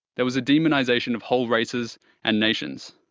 there was a demonisation of whole races and nations.